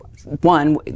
One